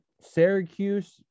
Syracuse